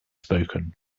spoken